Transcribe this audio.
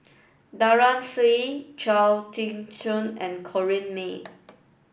Daren Shiau Chia Tee Chiak and Corrinne May